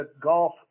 golf